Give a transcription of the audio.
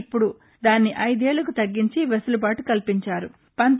ఇప్పుడు దాన్ని ఐదేళ్లకు తగ్గించి వెసులుబాటు కల్పించారు